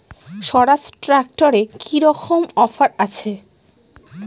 স্বরাজ ট্র্যাক্টরে কি রকম অফার আছে?